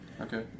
Okay